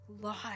life